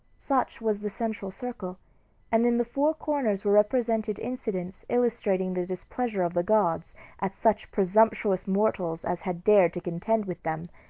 such was the central circle and in the four corners were represented incidents illustrating the displeasure of the gods at such presumptuous mortals as had dared to contend with them.